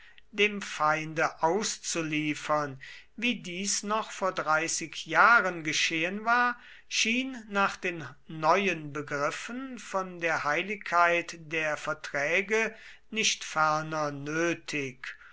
dem feinde auszuliefern wie dies noch vor dreißig jahren geschehen war schien nach den neuen begriffen von der heiligkeit der verträge nicht ferner nötig